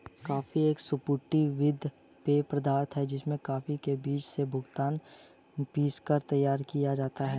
coffee एक स्फूर्ति वर्धक पेय पदार्थ है जिसे कॉफी के बीजों से भूनकर पीसकर तैयार किया जाता है